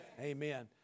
Amen